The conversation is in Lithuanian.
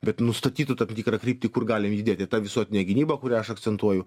bet nustatytų tam tikrą kryptį kur galim judėti ta visuotine gynyba kurią aš akcentuoju